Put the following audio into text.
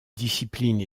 discipline